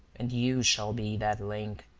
and you shall be that link.